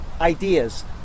ideas